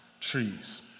trees